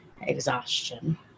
exhaustion